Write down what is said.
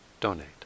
donate